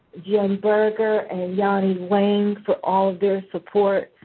jim berger, and yanni wang for all of their support.